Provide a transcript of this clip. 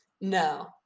No